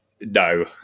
No